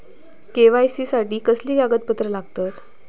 KYC साठी कसली कागदपत्र लागतत?